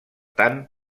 tant